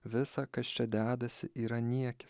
visa kas čia dedasi yra niekis